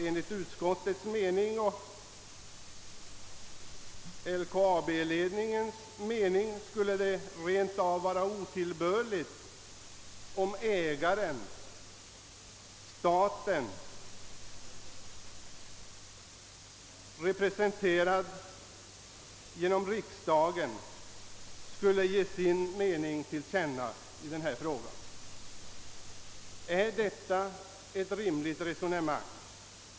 Enligt utskottets och LKAB-ledningens mening skulle det rent av vara otillbörligt om ägaren-staten, representerad genom riksdagen, skulle ge sin mening till känna i denna fråga. Är detta ett rimligt resonemang?